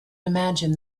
imagine